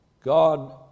God